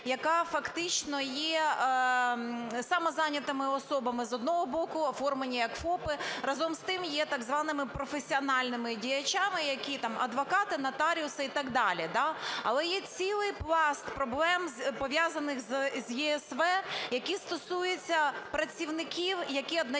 яка фактично є самозайнятими особами, з одного боку, оформлені як ФОПи, разом з тим, є так званими професіональними діячами, які там – адвокати, нотаріуси і так далі. Але є цілий пласт проблем, пов'язаних з ЄСВ, які стосуються працівників, які одночасно